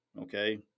okay